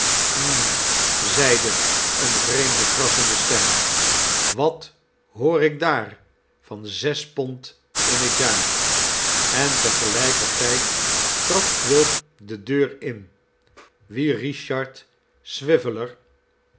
hm zeide eene vreemde krassende stem wat hoor ik daar van zes pond in het jaar en tegelijkertijd trad quilp de deur in wien richard